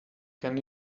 can